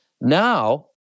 Now